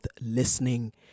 listening